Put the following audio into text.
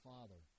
Father